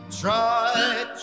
Try